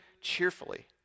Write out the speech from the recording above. cheerfully